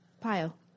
pile